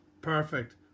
Perfect